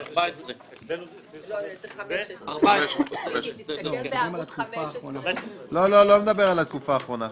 15. אני לא מדבר על התקופה האחרונה,